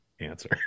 answer